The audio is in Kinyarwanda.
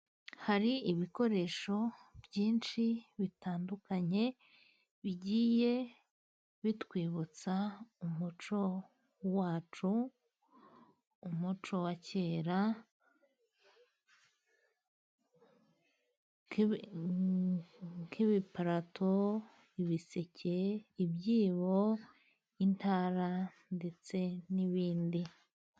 Hari ibikoresho byinshi bitandukanye, bigiye bitwibutsa umuco wacu, umuco wa kera, nk'ibiparato, ibiseke, ibyibo, intara, ndetse n'ibindi.